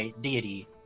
deity